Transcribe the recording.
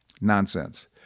Nonsense